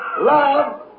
love